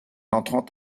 entrant